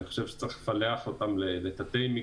אני חושב שיש לפלח אותם לתתי-מגזרים